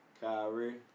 Kyrie